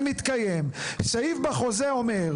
לסיכומו של דבר,